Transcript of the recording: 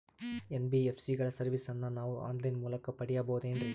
NBSC ಗಳ ಸರ್ವಿಸನ್ನ ನಾವು ಆನ್ ಲೈನ್ ಮೂಲಕ ಪಡೆಯಬಹುದೇನ್ರಿ?